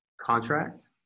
contract